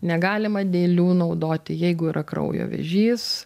negalima dėlių naudoti jeigu yra kraujo vėžys